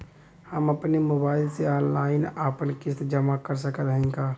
हम अपने मोबाइल से ऑनलाइन आपन किस्त जमा कर सकत हई का?